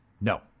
No